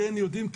יודעים,